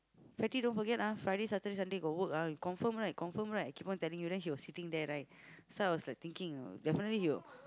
fatty don't forget ah Friday Saturday Sunday got work ah you confirm right confirm right keep on telling you then he was sitting there right so I was like thinking definitely he will